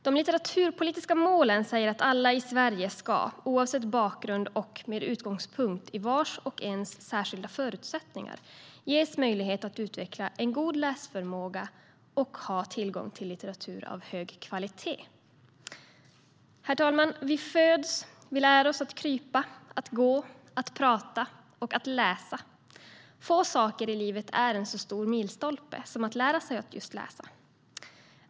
De litteraturpolitiska målen säger att alla i Sverige, oavsett bakgrund och med utgångspunkt i vars och ens särskilda förutsättningar, ska ges möjlighet att utveckla en god läsförmåga och ha tillgång till litteratur av hög kvalitet. Herr talman! Vi föds, och vi lär oss att krypa, att gå, att prata och att läsa. Få saker i livet är en så stor milstolpe som att just lära sig att läsa.